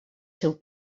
seu